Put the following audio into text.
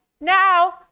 Now